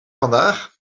vandaag